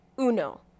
Uno